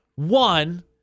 One